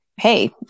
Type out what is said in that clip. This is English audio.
Hey